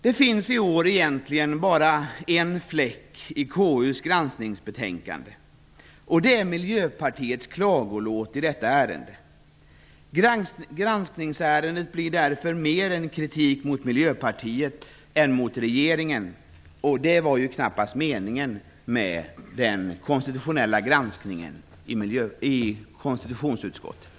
Det finns i år egentligen bara en fläck i KU:s granskningsbetänkande, och det är Miljöpartiets klagolåt i detta ärende. Granskningsärendet blir därför en kritik mer mot Miljöpartiet än mot regeringen, och det var ju knappast meningen med den konstitutionella granskningen i konstitutionsutskottet.